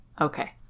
Okay